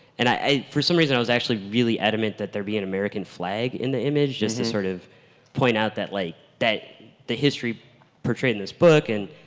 and for some reason i was actually really adamant that there be an american flag in the image just to sort of point out that like that the history portrayed in this book and,